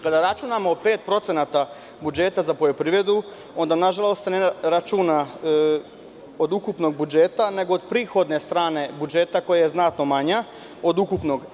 Kada računamo 5% budžeta za poljoprivredu, onda, nažalost, se ne računa od ukupnog budžeta, nego od prihodne strane budžeta koja je znatno manja od ukupnog.